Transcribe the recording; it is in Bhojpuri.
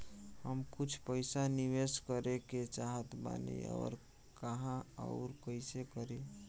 हम कुछ पइसा निवेश करे के चाहत बानी और कहाँअउर कइसे करी?